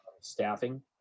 staffing